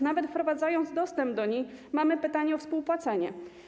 Nawet wprowadzając dostęp do nich, mamy pytanie o współpłacenie.